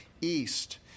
east